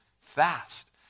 fast